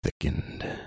thickened